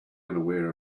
unaware